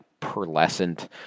pearlescent